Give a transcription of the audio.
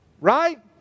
Right